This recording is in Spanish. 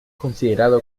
considerado